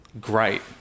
great